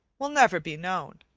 will never be known.